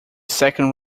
second